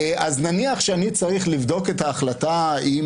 אז נניח שאני צריך לבדוק את ההחלטה אם